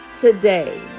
today